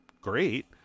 great